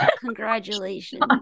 congratulations